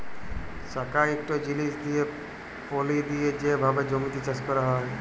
চাকা ইকট জিলিস দিঁয়ে পলি দিঁয়ে যে ভাবে জমিতে চাষ ক্যরা হয়